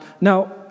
Now